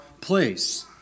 place